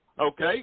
okay